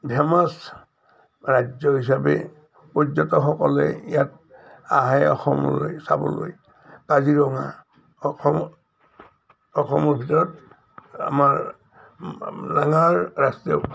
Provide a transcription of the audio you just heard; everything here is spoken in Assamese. ফেমাছ ৰাজ্য হিচাপে পৰ্যটকসকলে ইয়াত আহে অসমলৈ চাবলৈ কাজিৰঙা অসম অসমৰ ভিতৰত আমাৰ ডাঙাৰ ৰাষ্ট্ৰীয়